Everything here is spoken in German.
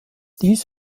dies